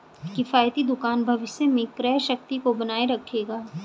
किफ़ायती दुकान भविष्य में क्रय शक्ति को बनाए रखेगा